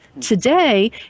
Today